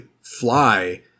fly